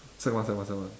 sec one sec one sec one